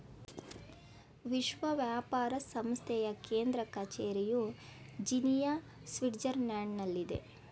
ವಿಶ್ವ ವ್ಯಾಪಾರ ಸಂಸ್ಥೆಯ ಕೇಂದ್ರ ಕಚೇರಿಯು ಜಿನಿಯಾ, ಸ್ವಿಟ್ಜರ್ಲ್ಯಾಂಡ್ನಲ್ಲಿದೆ